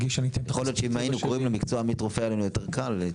יכול להיות שאם היינו קוראים למקצוע עמית רופא היה לנו יותר קל.